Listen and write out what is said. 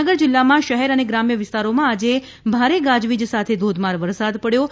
ભાવનગર જિલ્લામાં શહેર અને ગ્રામ્ય વિસ્તારોમાં આજે ભારે ગાજવીજ સાથે ધોધમાર વરસાદ પડ્યો છે